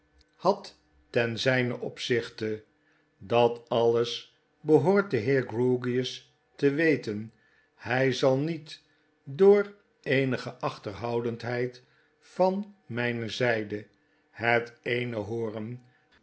had ten zijnen opzichte dat alles behoort de heer grewgious te weten hij zal niet door eenige achterhoudendheid vanmijne zijde het eene hooren